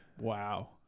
wow